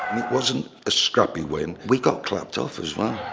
wasn't a scrappy win. we got clapped off as well!